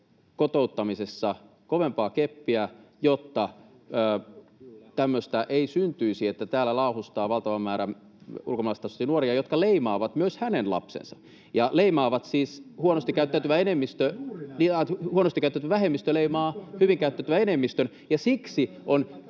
kotouttamisessa, kovempaa keppiä, jotta tämmöistä ei syntyisi, että täällä laahustaa valtava määrä ulkomaalaistaustaisia nuoria, jotka leimaavat myös hänen lapsensa. [Antti Lindtman: Juuri näin!] Siis huonosti käyttäytyvä vähemmistö leimaa hyvin käyttäytyvän enemmistön,